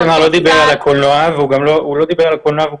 --- איתמר לא דיבר על הקולנוע והוא גם לא מייצג את הקולנוע.